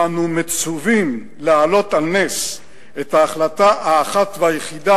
שאנו מצווים להעלות על נס את ההחלטה האחת והיחידה